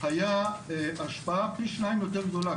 היה השפעה פי שניים יותר גדולה,